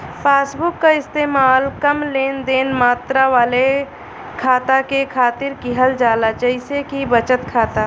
passbook क इस्तेमाल कम लेनदेन मात्रा वाले खाता के खातिर किहल जाला जइसे कि बचत खाता